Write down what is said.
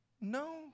No